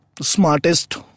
smartest